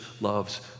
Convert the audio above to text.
loves